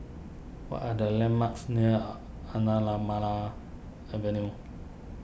what are the landmarks near Avenue